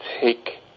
take